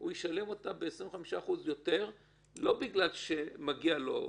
הוא ישלם אותה ב-25% יותר לא בגלל שמגיע לו,